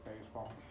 baseball